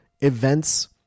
events